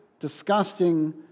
disgusting